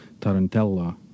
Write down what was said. Tarantella